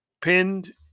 pinned